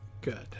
Good